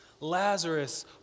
Lazarus